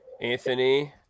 anthony